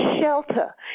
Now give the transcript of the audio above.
shelter